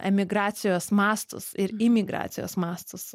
emigracijos mastus ir imigracijos mastus